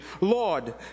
Lord